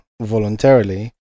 voluntarily